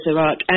Iraq